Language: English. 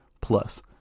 plus